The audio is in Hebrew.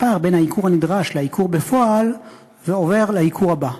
הפער בין הייקור הנדרש לייקור בפועל עובר לייקור הבא.